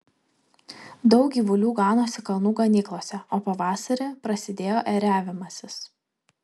daug gyvulių ganosi kalnų ganyklose o pavasarį prasidėjo ėriavimasis